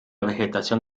vegetación